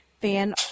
fan-